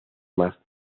más